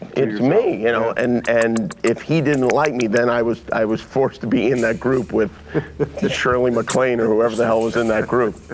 it's me, you know, and and if he didn't like me then i was i was forced to be in that group with shirley maclaine or whoever the hell was in that group,